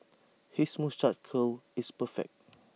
his moustache curl is perfect